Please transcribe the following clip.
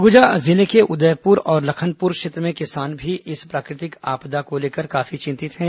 सरगुजा जिले के उदयपुर और लखनपुर क्षेत्र के किसान भी इस प्राकृतिक आपदा को लेकर काफी चिंतित है